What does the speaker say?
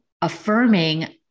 affirming